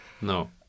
No